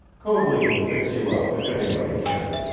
coadley can fix you up, if anybody can.